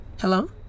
Hello